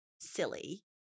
Silly